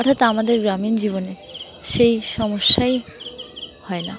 অর্থাৎ আমাদের গ্রামীণ জীবনে সেই সমস্যাই হয় না